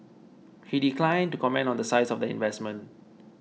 he declined to comment on the size of the investment